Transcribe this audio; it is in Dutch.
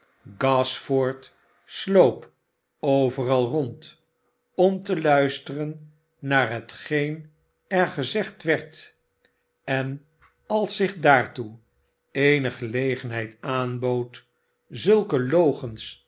gashford sloop overal rond om te luisteren naar hetgeen er gezegd werd en als zich daartoe eene gelegenheid aanbood zulke